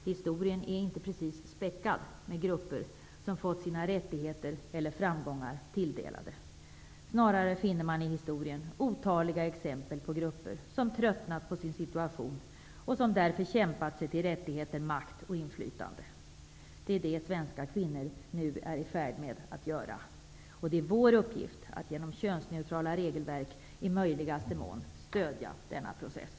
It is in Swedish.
Historien är inte precis späckad med grupper som tilldelats sina rättigheter eller framgångar, utan snarare finner man i historien otaliga exempel på grupper som tröttnat på sin situation och som därför kämpat sig till rättigheter, makt och inflytande. Det är det svenska kvinnor nu är i färd med att göra. Det är vår uppgift att genom könsneutrala regelverk i möjligaste mån stödja denna process.